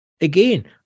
Again